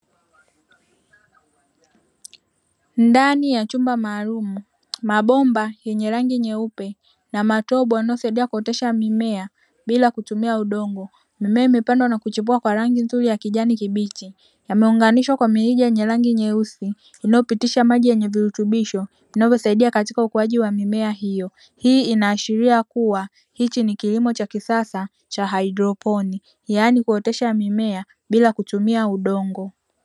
Ndani ya chumba maalumu mabomba yenye rangi nyeupe na matobo yanayosaidia kuotesha mimea bila kutumia udongo. Mimea imepandwa na kuchipua kwa rangi nzuri ya kijani kibichi; yameunganishwa kwa mirija yenye rangi nyeusi inayopitisha maji yenye virutubisho vinavyosaidia katika ukuaji wa mimea hiyo. Hii inaashiria kuwa hichi ni kilimo cha kisasa cha haidropini, yaani kuotesha mimea bila kutumia udongo.